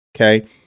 Okay